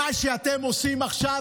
מה שאתם עושים עכשיו,